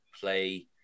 play